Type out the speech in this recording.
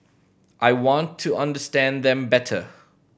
I want to understand them better